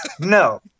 no